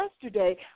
yesterday